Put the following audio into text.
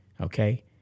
Okay